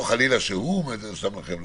לא חלילה שהוא שם לכם,